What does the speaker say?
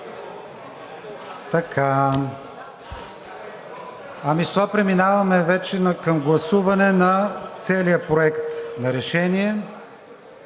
така? С това преминаваме вече към гласуване на целия проект на решение.